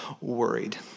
worried